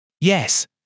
Yes